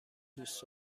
دوست